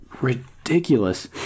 ridiculous